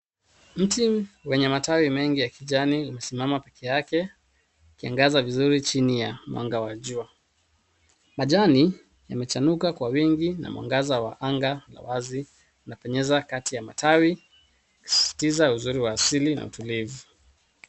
Mti wenye matawi mengi ya kijani umesimama pekee yake, ukiangaza vizuri chini ya mwanga wa jua. Majani yamechanuka kwa wingi na mwangaza wa anga la wazi unapenyeza kati ya matawi, ukisisitiza uzuri wa asili na utulivu.